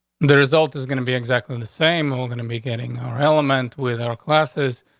the result is gonna be exactly and the same. we're gonna be getting our element with our classes.